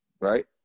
Right